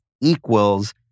equals